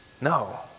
No